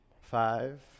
Five